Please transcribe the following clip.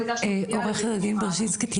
עורכת הדין ברגינסקי,